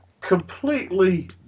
completely